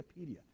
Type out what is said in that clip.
Wikipedia